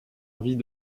envie